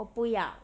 我不要